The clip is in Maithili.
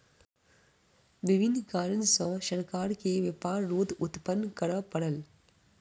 विभिन्न कारण सॅ सरकार के व्यापार रोध उत्पन्न करअ पड़ल